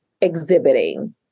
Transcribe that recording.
exhibiting